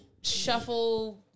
shuffle